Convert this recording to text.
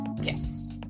Yes